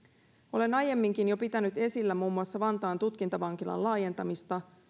olen jo aiemminkin pitänyt esillä muun muassa vantaan tutkintavankilan laajentamista